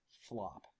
flop